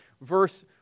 verse